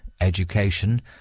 education